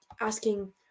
asking